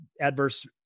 adverse